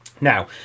Now